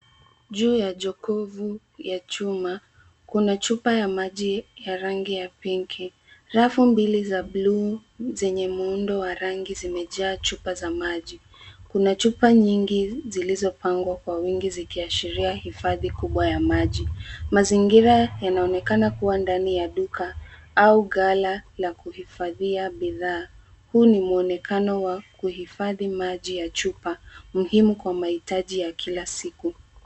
Juu ya jokofu la chuma, kuna chupa ya maji ya rangi ya pink . Rafu mbili za bluu zenye muundo wa rangi zimejaa chupa za maji. Kuna chupa nyingi zilizopangwa kwa wingi, zikiashiria hifadhi kubwa ya maji. Mazingira yanaonekana kuwa ndani ya duka au ghala la kuhifadhia bidhaa. Huu ni mwonekano wa hifadhi ya maji ya chupa, muhimu kwa mahitaji ya kila siku.